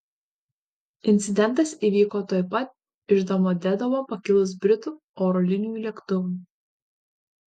incidentas įvyko tuoj pat iš domodedovo pakilus britų oro linijų lėktuvui